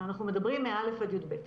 אנחנו מדברים מא' עד י"ב.